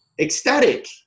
ecstatic